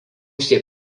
šie